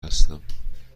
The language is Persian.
هستم